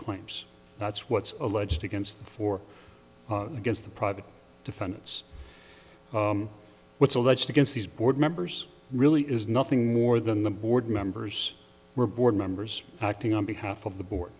claims that's what's alleged against the four against the private defendants what's alleged against these board members really is nothing more than the board members were board members acting on behalf of the board